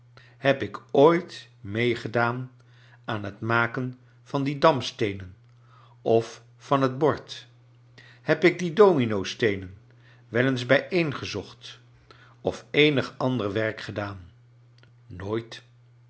heb ik ooit meegedaan aan het maken van die damsteenen of van het bord heb ik die dominosteenen wel eens bijeengezocht of eenig aner werk gedaan nooit